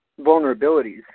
vulnerabilities